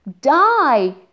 Die